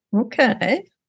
Okay